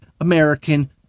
American